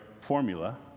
formula